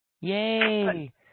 Yay